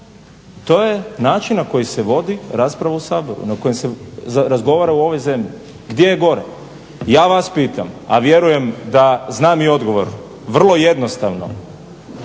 To je način na koji se vodi rasprava u Saboru na kojem se razgovara u ovoj zemlji. Gdje je gore? Ja vas pitam, a vjerujem da znam i odgovor, vrlo jednostavno